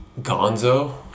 Gonzo